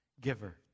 giver